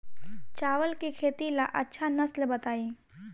चावल के खेती ला अच्छा नस्ल बताई?